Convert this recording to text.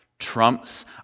trumps